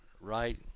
right